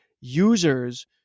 users